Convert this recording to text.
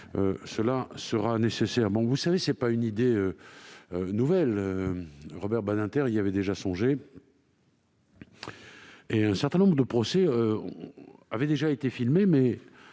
du décret. Au demeurant, ce n'est pas une idée nouvelle. Robert Badinter y avait déjà songé. Un certain nombre de procès avaient déjà été filmés,